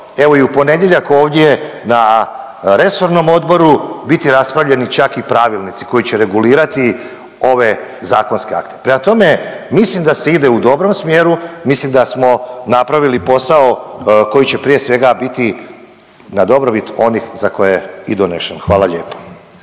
evo i u ponedjeljak ovdje na resornom odboru biti raspravljeni čak i pravilnici koji će regulirati ove zakonske akte. Prema tome, mislim da se ide u dobrom smjeru, mislim da smo napravili posao koji će, prije svega biti na dobrobit onih za koje je i donešen. Hvala lijepo.